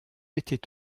était